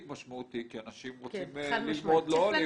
משמעותי כי אנשים רוצים ללמוד לא ליומיים.